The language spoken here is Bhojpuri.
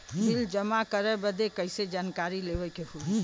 बिल जमा करे बदी कैसे जानकारी लेवे के होई?